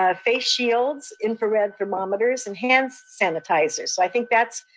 ah face shields, infrared thermometers, enhanced sanitizers. so i think that's